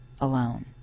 alone